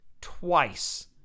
twice